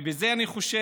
ואת זה אני חושב